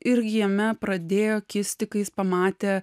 ir jame pradėjo kisti kai jis pamatė